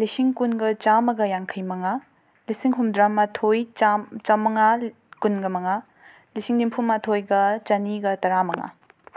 ꯂꯤꯁꯤꯡ ꯀꯨꯟꯒ ꯆꯥꯝꯃꯒ ꯌꯥꯡꯈꯩ ꯃꯉꯥ ꯂꯤꯁꯤꯡ ꯍꯨꯝꯗ꯭ꯔꯥꯃꯥꯊꯣꯏ ꯆꯥꯝ ꯆꯥꯃꯉꯥ ꯀꯨꯟꯒ ꯃꯉꯥ ꯂꯤꯁꯤꯡ ꯅꯤꯐꯨꯃꯥꯊꯣꯏꯒ ꯆꯅꯤꯒ ꯇꯔꯥꯃꯉꯥ